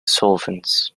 solvents